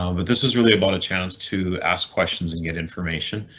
um but this is really about a chance to ask questions and get information,